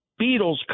Beatles